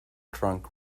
trunk